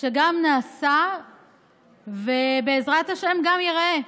שגם נעשה ובעזרת השם גם ייראה,